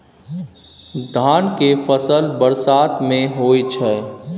धान के फसल बरसात में होय छै?